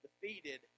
defeated